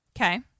Okay